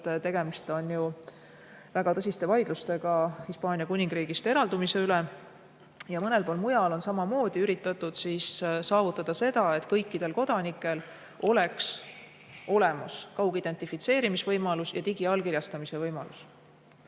tegemist on ju väga tõsiste vaidlustega Hispaania Kuningriigist eraldumise üle. Mõnel pool mujal on samamoodi üritatud saavutada, et kõikidel kodanikel oleks olemas kaugidentifitseerimise võimalus ja digiallkirjastamise võimalus.